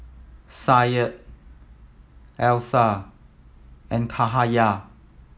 Syed Alyssa and Cahaya